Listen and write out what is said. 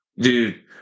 Dude